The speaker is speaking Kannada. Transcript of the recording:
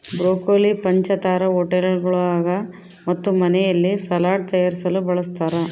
ಬ್ರೊಕೊಲಿ ಪಂಚತಾರಾ ಹೋಟೆಳ್ಗುಳಾಗ ಮತ್ತು ಮನೆಯಲ್ಲಿ ಸಲಾಡ್ ತಯಾರಿಸಲು ಬಳಸತಾರ